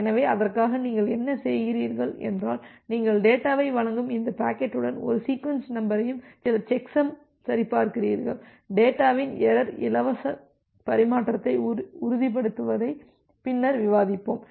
எனவே அதற்காக நீங்கள் என்ன செய்கிறீர்கள் என்றால் நீங்கள் டேட்டாவை வழங்கும் இந்த பாக்கெட்டுடன் ஒரு சீக்வென்ஸ் நம்பரையும் சில செக்சம்மை சரிபார்க்கிறீர்கள் டேட்டாவின் எரர் இலவச பரிமாற்றத்தை உறுதிப்படுத்துவதை பின்னர் விவாதிப்போம்